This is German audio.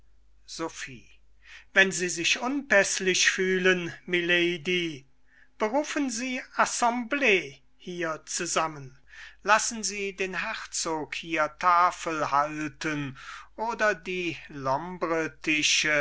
sophie wenn sie sich unpäßlich fühlen milady berufen sie assemblee hier zusammen lassen sie den herzog hier tafel halten oder die